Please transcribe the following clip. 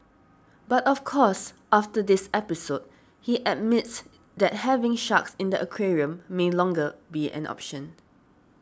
but of course after this episode he admits that having sharks in the aquarium may longer be an option